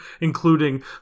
including